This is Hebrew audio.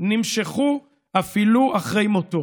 נמשכו אפילו אחרי מותו,